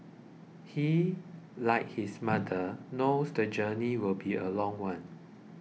he like his mother knows the journey will be a long one